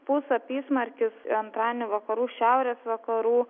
pūs apysmarkis antradienį vakarų šiaurės vakarų